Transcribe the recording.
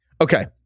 Okay